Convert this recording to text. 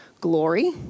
glory